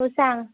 हो सांग